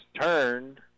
turned